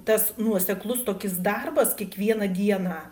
tas nuoseklus tokis darbas kiekvieną dieną